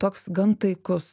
toks gan taikus